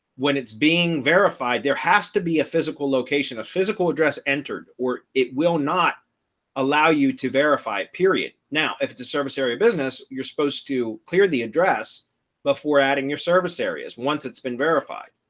when it's being verified, there has to be a physical location of physical address entered, or it will not allow you to verify period. now, if the service area business, you're supposed to clear the address before adding your service areas once it's been verified,